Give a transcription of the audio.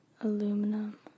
aluminum